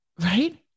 Right